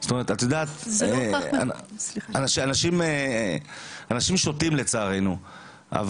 אנשים שותים לצערנו,